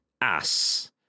ass